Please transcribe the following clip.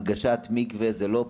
הנגשת מקווה זה לא פינוק,